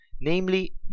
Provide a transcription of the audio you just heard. namely